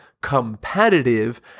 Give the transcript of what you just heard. competitive